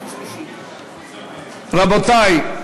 רבותי,